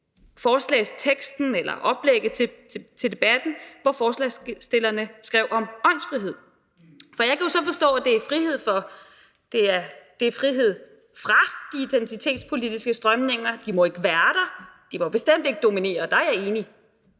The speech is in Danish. forespørgselsteksten – altså oplægget til debatten – hvor forespørgerne skrev om åndsfrihed. For jeg kan jo så forstå, at det er frihed frade identitetspolitiske strømninger, altså at de ikke må være der. Og de må bestemt ikke dominere – der er jeg enig.